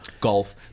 Golf